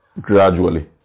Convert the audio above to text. gradually